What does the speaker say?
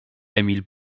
emil